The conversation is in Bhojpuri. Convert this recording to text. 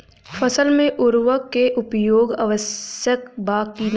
फसल में उर्वरक के उपयोग आवश्यक बा कि न?